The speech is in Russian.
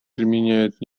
применяет